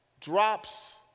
drops